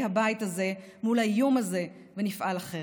הבית הזה מול האיום הזה ונפעל אחרת.